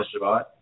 Shabbat